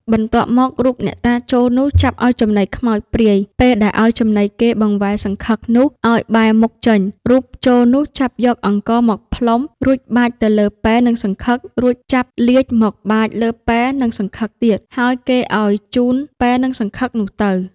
បន្ទាប់មក រូបអ្នកតាចូលនោះ ចាប់ឲ្យចំណីខ្មោចព្រាយ ពេលដែលឲ្យចំណីគេបង្វែរសង្ឃឹកនោះ ឲ្យបែរមុខ ចេញ រូបចូលនោះចាប់យកអង្ករមកផ្លុំ រួចបាចទៅលើពែនិងសង្ឃឹក រួចចាប់លាជមកបាចលើពែនិងសង្ឃឹកទៀត ហើយគេឲ្យជូនពែនិងសង្ឃឹកនោះទៅ ។